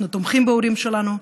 אנחנו תומכים בהורים שלנו,